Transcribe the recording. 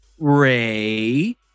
Ray